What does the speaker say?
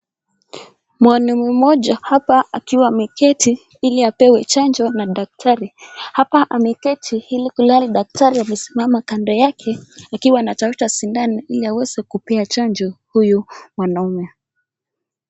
Mwanaume mmoja hapa akiwa ameketi ili apewe chanjo na daktari, hapa ameketi ilihali daktari amesimama kando yake, akiwa anatafuta sindano ili aweza kupea chanjo huyu mwanaume.